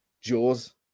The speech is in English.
jaws